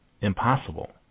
impossible